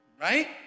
right